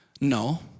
No